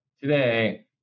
today